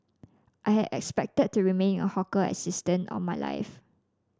I had expected to remain a hawker assistant all my life